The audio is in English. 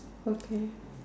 okay